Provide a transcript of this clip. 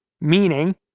meaning